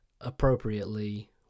appropriately